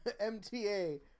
mta